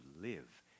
live